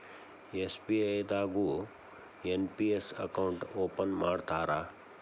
SBI ದಾಗು NPS account open ಮಾಡ್ತಾರಾ